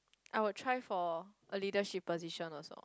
I would try for a leadership position also